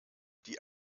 die